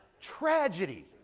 tragedy